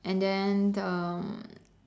and then the um